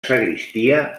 sagristia